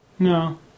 No